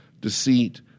deceit